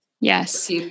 Yes